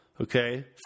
okay